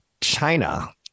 China